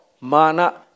Mana